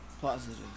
positive